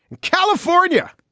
california